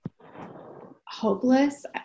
hopeless